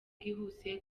bwihuse